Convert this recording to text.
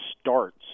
starts